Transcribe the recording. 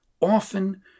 often